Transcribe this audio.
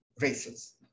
races